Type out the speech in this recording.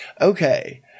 Okay